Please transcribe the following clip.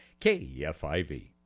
KFIV